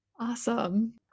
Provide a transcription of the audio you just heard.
Awesome